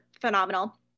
phenomenal